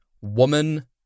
woman